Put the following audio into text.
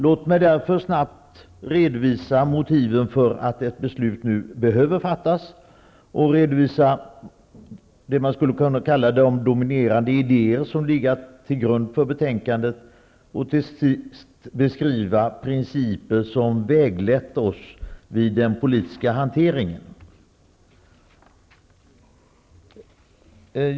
Låt mig därför snabbt redovisa motiven för att ett beslut nu behöver fattas och redovisa det som man skulle kunna kalla de dominerande idéer som legat till grund för betänkandet och till sist beskriva de principer som väglett oss vid den politiska hanteringen.